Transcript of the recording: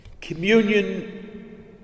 Communion